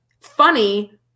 funny